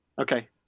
Okay